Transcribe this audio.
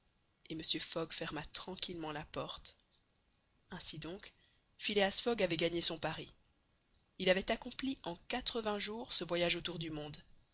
et mr fogg ferma tranquillement la porte ainsi donc phileas fogg avait gagné son pari il avait accompli en quatre-vingts jours ce voyage autour du monde